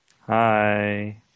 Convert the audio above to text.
Hi